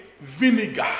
vinegar